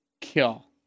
Kill